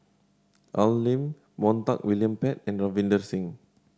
Al Lim Montague William Pett and Ravinder Singh